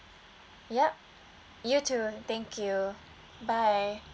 yup you too thank you bye